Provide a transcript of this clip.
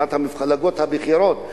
אחת המפלגות הבכירות,